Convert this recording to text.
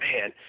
Man